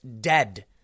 dead